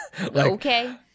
Okay